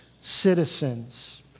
citizens